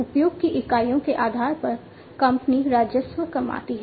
उपयोग की इकाइयों के आधार पर कंपनी राजस्व कमाती है